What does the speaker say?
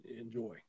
enjoy